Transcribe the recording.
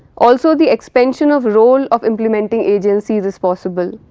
also the expansion of role of implementing agencies is possible,